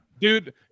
dude